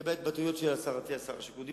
לגבי ההתבטאויות של השר אטיאס, שר השיכון.